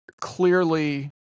clearly